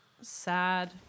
Sad